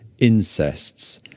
incests